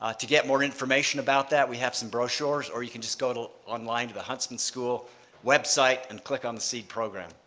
ah to get more information about that. we have some brochures, or you can just go online to the hudson school website and click on seed program.